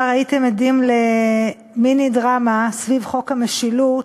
הייתם עדים למיני-דרמה סביב חוק המשילות,